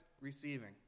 receiving